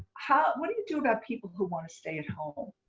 what do you do about people who want to stay at home?